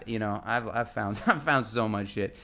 you know i've i've found found so much shit.